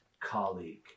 colleague